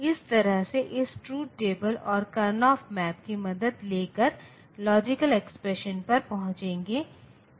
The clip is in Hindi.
इस वजह से हम एक और प्रतिनिधित्व के लिए गए जिसे 2's कॉम्प्लीमेंट रिप्रजेंटेशन के रूप में जाना जाता है